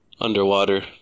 Underwater